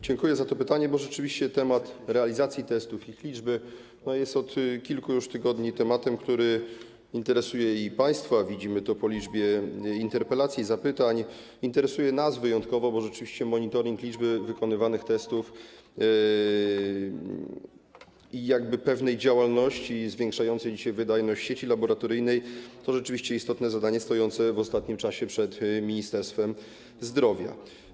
Dziękuję za to pytanie, bo rzeczywiście temat realizacji testów, ich liczby jest od kilku już tygodni tematem, który interesuje państwa, widzimy to po liczbie interpelacji i zapytań, interesuje nas wyjątkowo, bo rzeczywiście monitoring liczby wykonywanych testów i działalności zwiększającej dzisiaj wydajność sieci laboratoryjnej to istotne zadanie stojące w ostatnim czasie przed Ministerstwem Zdrowia.